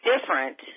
different